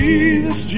Jesus